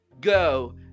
Go